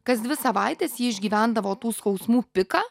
kas dvi savaites ji išgyvendavo tų skausmų piką